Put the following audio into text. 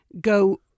go